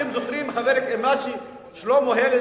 אתם זוכרים מה ששלמה הלל,